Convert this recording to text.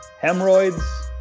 hemorrhoids